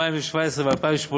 2017 ו-2018,